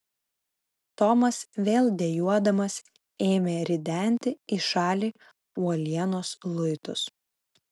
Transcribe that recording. tomas vėl dejuodamas ėmė ridenti į šalį uolienos luitus